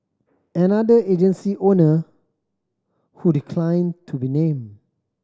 another agency owner who declined to be named